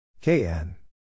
KN